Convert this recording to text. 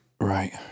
Right